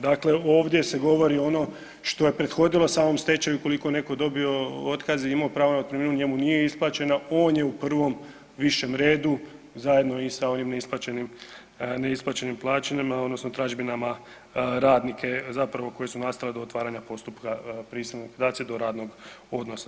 Dakle, ovdje se govori ono što je prethodilo samom stečaju ukoliko je netko dobio otkaz i imao pravo na otpremninu njemu nije isplaćena, on je u prvom višem redu zajedno i sa ovim neisplaćenim plaćama odnosno tražbinama radnika zapravo koje su nastale do otvaranja postupka prisilnog … radnog odnosa.